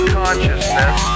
consciousness